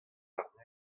warn